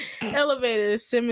elevators